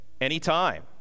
anytime